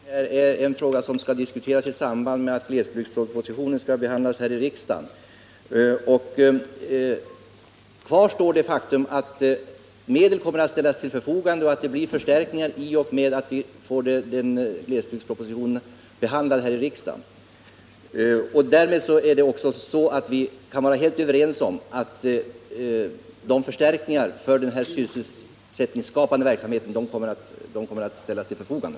Herr talman! Handläggningen är en fråga som skall diskuteras i samband med att glesbygdspropositionen behandlas här i riksdagen. Kvar står det faktum att medel därvid kommer att ställas till förfogande och att det blir förstärkningar. Vi kan vara helt överens om att förstärkningar för den sysselsättningsskapande verksamheten kommer att ställas till förfogande.